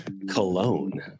cologne